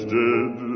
dead